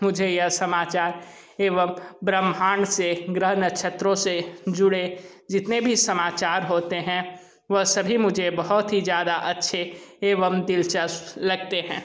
मुझे यह समाचार एवं ब्रह्मांड से ग्रह नक्षत्रों से जुड़े जितने भी समाचार होते हैं वह सभी मुझे बहुत ही ज़्यादा अच्छे एवं दिलचस्प लगते हैं